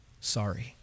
sorry